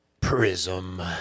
prism